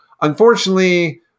unfortunately